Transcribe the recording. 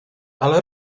ale